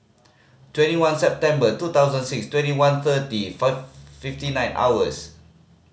twenty one September two thousand six twenty one thirty fifty nine hours